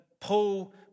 Paul